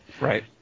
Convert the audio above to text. Right